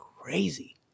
crazy